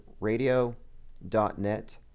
radio.net